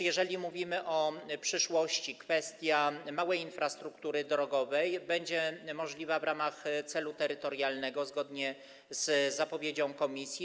Jeżeli mówimy o przyszłości, to kwestia małej infrastruktury drogowej będzie możliwa do zrealizowania w ramach celu terytorialnego, zgodnie z zapowiedzią komisji.